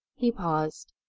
he paused.